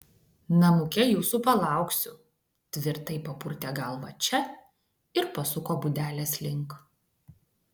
namuke jūsų palauksiu tvirtai papurtė galvą če ir pasuko būdelės link